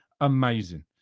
amazing